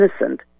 innocent